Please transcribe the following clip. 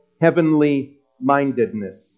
Heavenly-Mindedness